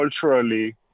culturally